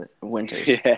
winters